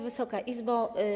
Wysoka Izbo!